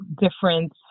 different